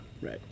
right